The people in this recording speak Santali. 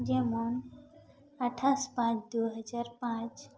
ᱡᱮᱢᱚᱱ ᱟᱴᱷᱟᱥ ᱯᱟᱸᱪ ᱫᱩ ᱦᱟᱡᱟᱨ ᱯᱟᱸᱪ